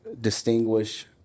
distinguish